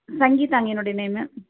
சங்கீதாங்க என்னுடைய நேமு